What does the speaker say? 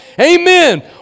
Amen